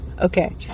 Okay